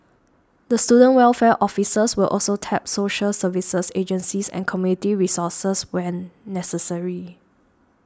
the student welfare officers will also tap social services agencies and community resources where necessary